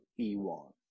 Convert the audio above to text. e1